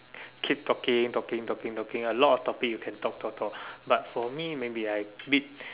keep talking talking talking talking a lot topic you can talk talk talk but for me maybe I weak